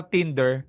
Tinder